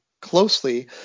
closely